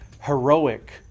heroic